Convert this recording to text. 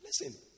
Listen